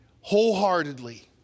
wholeheartedly